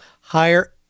higher